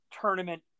tournament